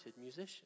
musician